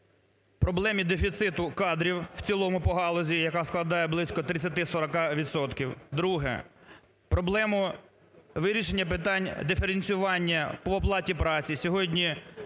проблемі дефіциту кадрів в цілому по галузі, яка складає близько 30-40 відсотків. Друге, проблему вирішення питань диференціювання по оплаті праці. Сьогодні